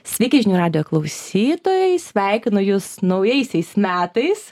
sveiki žinių radijo klausytojai sveikinu jus naujaisiais metais